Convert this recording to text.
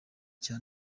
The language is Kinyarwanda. cya